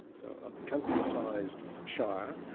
so a country-sized shire.